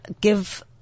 give –